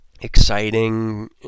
exciting